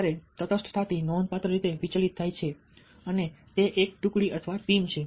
તટસ્થતાથી નોંધપાત્ર રીતે વિચલિત થાય છે તે એક ટુકડી છે